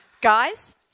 Guys